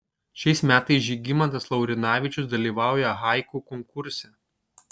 šiais metais žygimantas laurinavičius dalyvauja haiku konkurse